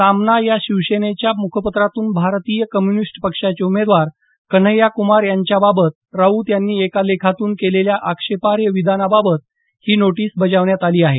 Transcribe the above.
सामना या शिवसेनेनच्या मुखपत्रातून भारतीय कम्युनिस्ट पक्षाचे उमेदवार कन्हैय्या कुमार यांच्याबाबत राऊत यांनी एका लेखातून केलेल्या आक्षेपार्ह विधानाबाबत ही नोटीस बजावण्यात आली आहे